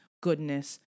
goodness